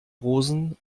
rosen